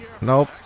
nope